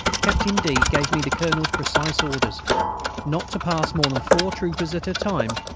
captain d. gave me the colonel's precise orders not to pass more than four troopers at a time,